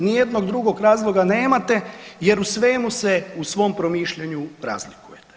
Ni jednog drugog razloga nemate, jer u svemu se u svom promišljanju razlikujete.